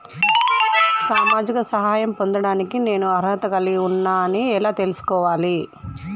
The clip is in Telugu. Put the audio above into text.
సామాజిక సహాయం పొందడానికి నేను అర్హత కలిగి ఉన్న అని ఎలా తెలుసుకోవాలి?